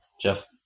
Jeff